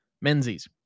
Menzies